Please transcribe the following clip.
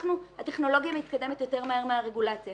הטכנולוגיה מתקדמת יותר מהר מהרגולציה